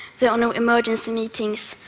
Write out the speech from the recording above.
there are no emergency meetings,